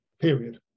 period